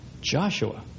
Joshua